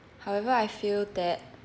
however I feel that